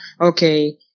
okay